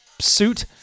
suit